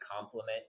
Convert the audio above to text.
complement